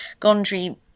Gondry